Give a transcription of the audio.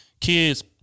kids